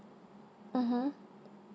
mm